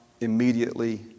immediately